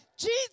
Jesus